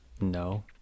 no